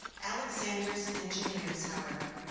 alexander's engineers, however,